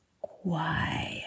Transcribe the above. quiet